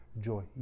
joy